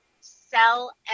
sell